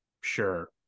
sure